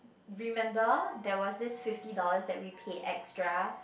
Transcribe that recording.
remember there was this fifty dollars that we pay extra